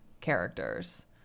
characters